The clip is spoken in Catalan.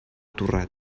torrat